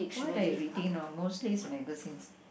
what are you reading now mostly is magazines